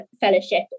Fellowship